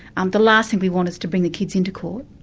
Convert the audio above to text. and the last thing we want is to bring the kids into court.